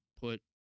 put